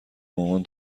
مامان